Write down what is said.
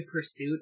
pursuit